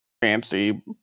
fancy